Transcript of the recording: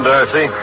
Darcy